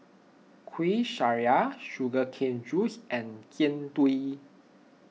Kuih Syara Sugar Cane Juice and Jian Dui